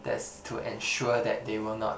that is to ensure that they will not